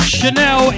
Chanel